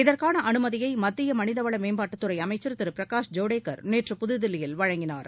இதற்கான அனுமதியை மத்திய மனிதவள மேம்பாட்டுத்துறை அமைச்சா் திரு பிரகாஷ் ஜவ்டேக்கா நேற்று புதுதில்லியில் வழங்கினார்